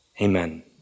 Amen